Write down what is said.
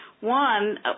One